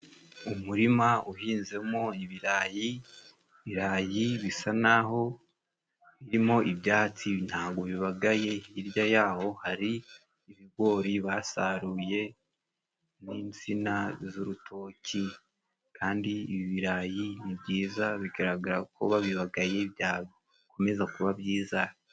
Umurima uhinzemo ibirayi, ibirarayi bisa naho birimo ibyatsi ntabwo bibagaye hirya yaho hari ibigori basaruye n'insina z'urutoki, kandi ibirayi ni byiza bigaragara ko babibagaye byakomeza kuba byiza.